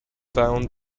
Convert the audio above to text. down